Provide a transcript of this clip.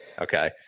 Okay